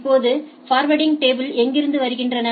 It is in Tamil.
இப்போது ஃபர்வேர்டிங் டேபிள் எங்கிருந்து வருகின்றன